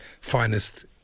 finest